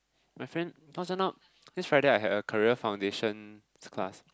my friend wasn't not this Friday I have career foundation class